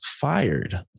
fired